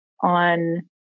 on